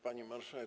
Pani Marszałek!